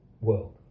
world